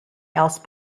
else